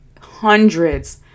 hundreds